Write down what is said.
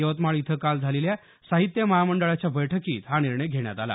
यवतमाळ इथं काल झालेल्या साहित्य महामंडळाच्या बैठकीत हा निर्णय घेण्यात आला